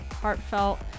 Heartfelt